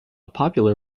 popular